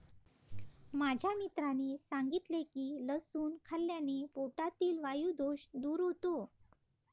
माझ्या मित्राने सांगितले की लसूण खाल्ल्याने पोटातील वायु दोष दूर होतो